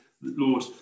lord